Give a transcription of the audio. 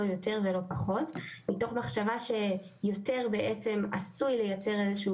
לא יותר ולא פחות וזאת מתוך מחשבה שיותר בעצם עשוי לייצר איזה שהוא